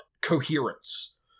coherence